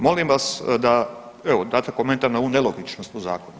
Molim vas da, evo, date komentar na ovu nelogičnost u zakonu.